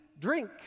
drink